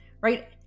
Right